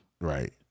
Right